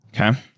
Okay